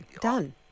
Done